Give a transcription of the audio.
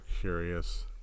curious